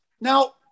now